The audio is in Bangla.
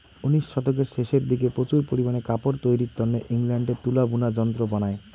উনিশ শতকের শেষের দিকে প্রচুর পারিমানে কাপড় তৈরির তন্নে ইংল্যান্ডে তুলা বুনা যন্ত্র বানায়